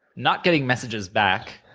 not getting messages back,